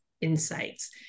insights